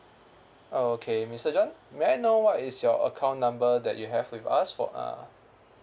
okay mister john may I know what is your account number that you have with us for uh